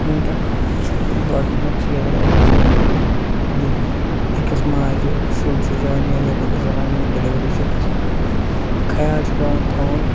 وُنکٮ۪ن چھُ گۄڈنیُک چیٖز اگر أسۍ وُچھَو ییٚلہِ أکِس ماجہِ شُر چھُ زٮ۪وان یا ییٚلہِ أکِس زنانہِ مۅہنیٛو ڈیلؤری چھِ گژھان خیال چھُ پٮ۪وان تھاوُن